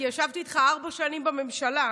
כי ישבתי איתך ארבע שנים בממשלה.